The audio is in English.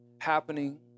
happening